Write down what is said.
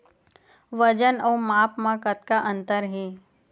वजन अउ माप म का अंतर हे?